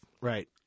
Right